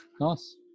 Nice